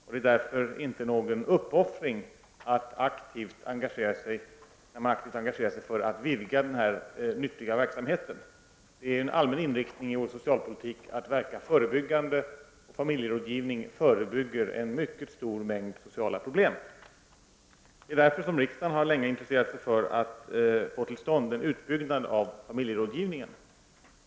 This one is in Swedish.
Därför är det inte någon uppoffring att aktivt engagera sig för att vidga den här nyttiga verksamheten. Det är en allmän inriktning i vår socialpolitik att verka förebyggande. Familjerådgivning förebygger en mycket stor mängd sociala problem. Riksdagen har därför länge intresserat sig för att få till stånd en utbyggnad av familjerådgivningen.